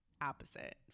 opposite